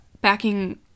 Backing